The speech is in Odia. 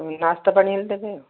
ନାସ୍ତା ପାଣି ହେଲେ ଦେବେ ଆଉ